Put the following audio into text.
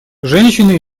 женщины